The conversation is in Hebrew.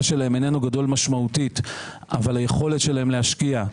שלהן איננו גדול משמעותית אבל היכולת שלהן להשפיע,